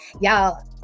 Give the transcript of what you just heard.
y'all